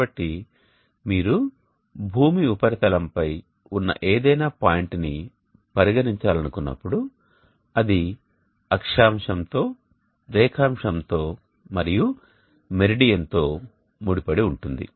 కాబట్టి మీరు భూమి ఉపరితలంపై ఉన్న ఏదైనా పాయింట్ని పరిగణించాలనుకున్నప్పుడు అది అక్షాంశంతో రేఖాంశంతో మరియు మెరిడియన్తో ముడిపడి ఉంటుంది